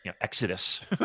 Exodus